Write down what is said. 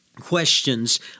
Questions